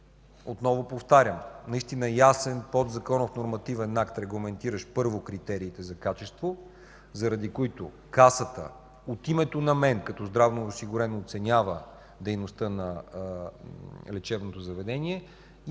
отново повтарям, наистина ясен подзаконов нормативен акт, регламентиращ, първо, критериите за качество, заради които Касата от името на мен, като здравно осигурен, оценява дейността на лечебното заведение и,